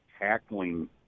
tackling